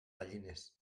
gallines